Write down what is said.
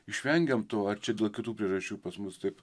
išvengiant to ar čia dėl kitų priežasčių pas mus taip